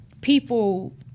people